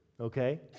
okay